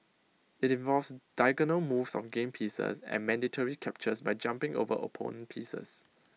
IT involves diagonal moves on game pieces and mandatory captures by jumping over opponent pieces